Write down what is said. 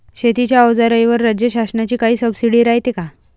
शेतीच्या अवजाराईवर राज्य शासनाची काई सबसीडी रायते का?